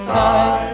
time